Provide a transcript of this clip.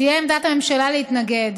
תהיה עמדת הממשלה להתנגד